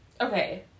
Okay